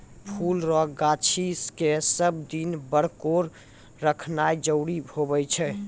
फुल रो गाछी के सब दिन बरकोर रखनाय जरूरी हुवै छै